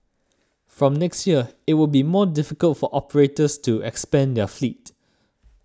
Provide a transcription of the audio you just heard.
from next year it will be more difficult for operators to expand their fleet